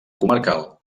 comarcal